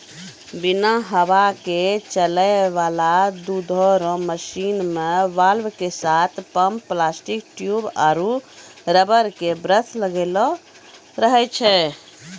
बिना हवा के चलै वाला दुधो रो मशीन मे वाल्व के साथ पम्प प्लास्टिक ट्यूब आरु रबर के ब्रस लगलो रहै छै